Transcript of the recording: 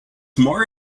more